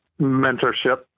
mentorship